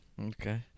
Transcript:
Okay